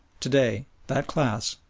to-day that class,